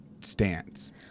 stance